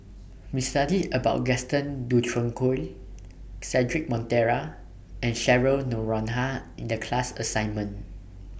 We studied about Gaston Dutronquoy Cedric Monteiro and Cheryl Noronha in The class assignment